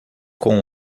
com